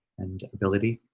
and ability.